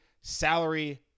salary